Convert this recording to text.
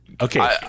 Okay